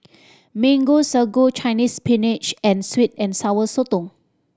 Mango Sago Chinese Spinach and sweet and Sour Sotong